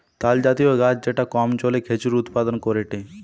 তালজাতীয় গাছ যেটা কম জলে খেজুর উৎপাদন করেটে